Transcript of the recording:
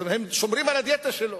הם שומרים על הדיאטה שלו.